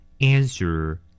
Answer